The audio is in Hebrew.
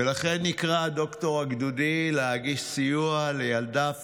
ולכן נקרא הדוקטור הגדודי להגיש סיוע לילדה פלסטינית,